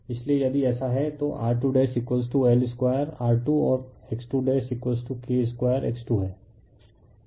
refer slide time 2638 इसलिए यदि ऐसा है तो R2L2R2 और X2 K 2X2 हैं